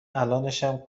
الانشم